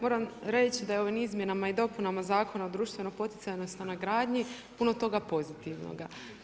Moram reći da je ovim izmjenama i dopunama zakona o društvenoj poticajnoj stanogradnji, puno toga pozitivnoga.